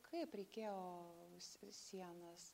kaip reikėjo s sienas